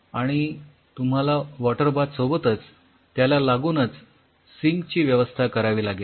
आणि तुम्हाला water bath सोबतच त्याला लागूनच सिंक ची व्यवस्था करावी लागेल